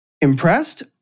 impressed